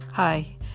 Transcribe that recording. Hi